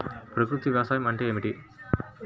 ప్రకృతి వ్యవసాయం అంటే ఏమిటి?